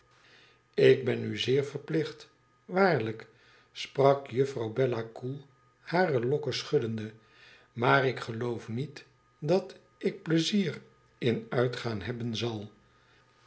tik ben u zeer verplicht waarlijk sprak juffrouw bella koel hare lokken schuddende tmaar ik geloof niet dat ik pliezier in uitgaan hebben zal